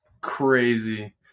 crazy